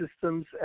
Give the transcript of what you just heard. systems